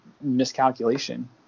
miscalculation